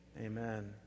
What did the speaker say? amen